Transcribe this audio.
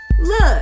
Look